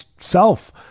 self